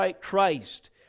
Christ